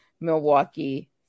Milwaukee